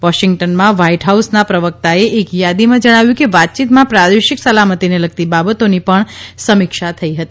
વોશિંગ્ટનમાં વ્હાઇટ હાઉસના પ્રવકતાએ એક યાદીમાં જણાવ્યું કે વાતચીતમાં પ્રાદેશિક સલામતિને લગતી બાબતોની પણ સમીક્ષા થઇ હતી